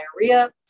diarrhea